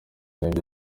n’ibyo